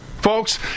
Folks